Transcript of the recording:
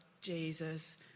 Jesus